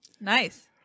Nice